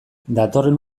datorren